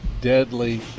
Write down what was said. deadly